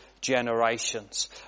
generations